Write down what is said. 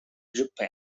japan